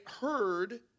heard